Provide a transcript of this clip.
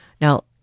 Now